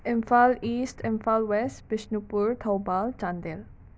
Imphal is Imphal was Bishnupur Thoubal Chandel